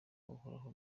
uhoraho